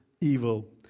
evil